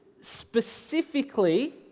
specifically